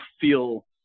feel